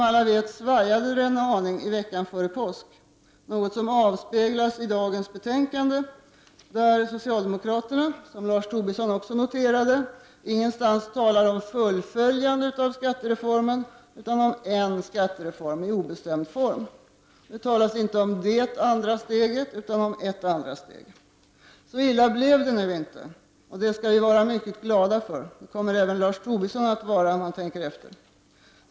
Den svajade en aning i veckan före påsk, något som avspeglas i dagens betänkande där socialdemokraterna — som Lars Tobisson också noterade — ingenstans talar om ”fullföljande av skattereformen”, utan om ”en skattereform” i obestämd form. Det talas inte om ”det andra steget” utan om ”ett andra steg”. Så illa blev det nu inte, och det skall vi vara mycket glada för. Det kommer även Lars Tobisson att vara, om han tänker efter.